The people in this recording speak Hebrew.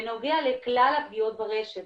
בנוגע לכלל הפגיעות ברשת,